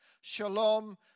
Shalom